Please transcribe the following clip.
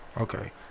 Okay